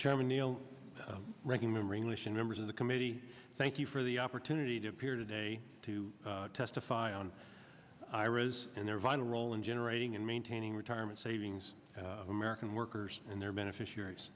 chairman neal ranking member english and members of the committee thank you for the opportunity to appear today to testify on iras in their vital role in generating and maintaining retirement savings american workers and their beneficiaries